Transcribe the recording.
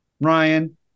Ryan